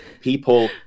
people